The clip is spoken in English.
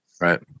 Right